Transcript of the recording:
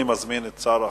אני מזמין את שר החינוך,